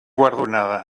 guardonada